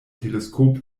teleskop